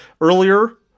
earlier